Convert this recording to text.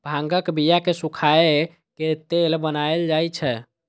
भांगक बिया कें सुखाए के तेल बनाएल जाइ छै